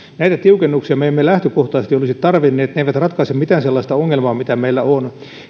näitä tiukennuksia me me emme lähtökohtaisesti olisi tarvinneet ne eivät ratkaise mitään sellaista ongelmaa mitä meillä on